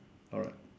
alright